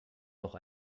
noch